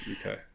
Okay